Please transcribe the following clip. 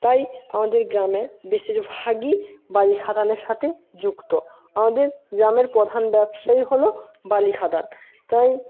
তাই আমাদের গ্রামে বেশিরভাগই বালি খাদানের সাথে যুক্ত আমাদের গ্রামের প্রধান ব্যবসাই হলো বালি খাদান তাই